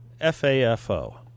F-A-F-O